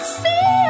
see